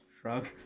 Shrug